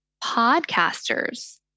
podcasters